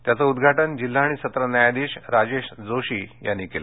त्याचं उद्घाटन जिल्हा आणि सत्र न्यायाधीश राजेश जोशी यांनी केलं